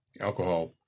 alcohol